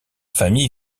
famille